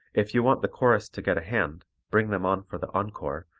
if you want the chorus to get a hand, bring them on for the encore,